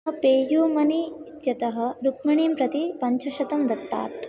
PayU money इत्यतः रुक्मिणीं प्रति पञ्चशतं दत्तात्